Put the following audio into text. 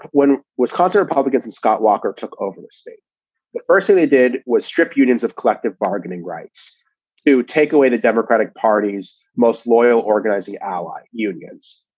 when wisconsin republicans and scott walker took over the state the first thing they did was strip unions of collective bargaining rights to take away the democratic party's most loyal organizing ally, unions.